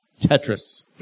Tetris